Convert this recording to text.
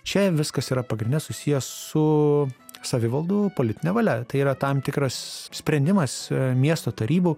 čia viskas yra pagrinde susiję su savivaldų politine valia tai yra tam tikras sprendimas miesto tarybų